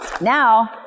Now